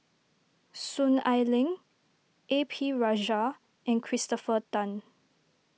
Soon Ai Ling A P Rajah and Christopher Tan